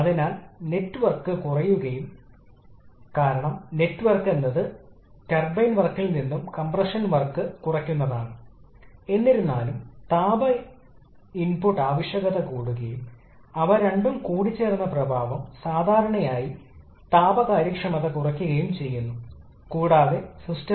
അതിനാൽ കംപ്രഷനുമായി ഒരു വ്യത്യാസമുണ്ട് അനുപാതം കംപ്രഷൻ അനുപാതത്തിൽ കംപ്രഷന് മുമ്പുള്ള വോളിയം അതിനുശേഷം വോളിയം കൊണ്ട് ഹരിക്കുന്നു കംപ്രഷൻ